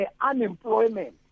unemployment